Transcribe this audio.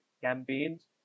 campaigns